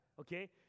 okay